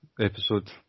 episode